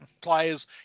players